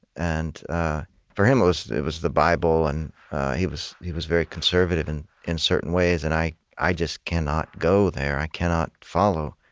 and for him, it was it was the bible, and he was he was very conservative, and in certain ways. and i i just cannot go there i cannot follow.